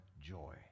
joy